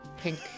pink